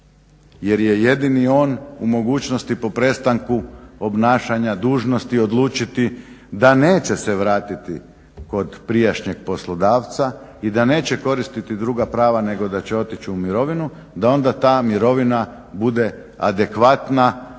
jer je jedini on u mogućnosti po prestanku obnašanja dužnosti odlučiti da neće se vratiti kod prijašnjeg poslodavca i da neće koristiti druga prava nego da će otić u mirovinu, da onda ta mirovina bude adekvatna